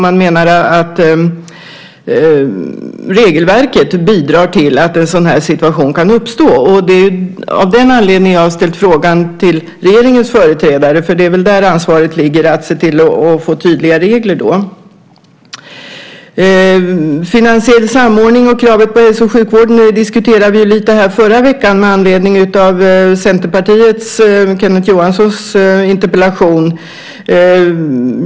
Man menar att regelverket bidrar till att en sådan här situation kan uppstå. Det är av den anledningen som jag har ställt frågan till regeringens företrädare, för det är väl där ansvaret ligger för att se till att få tydliga regler. Finansiell samordning och kravet på hälso och sjukvården diskuterade vi lite här förra veckan med anledning av Centerpartiets och Kenneth Johanssons interpellation.